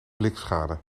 blikschade